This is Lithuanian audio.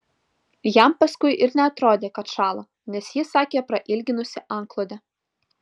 jam paskui ir neatrodė kad šąla nes ji sakė prailginusi antklodę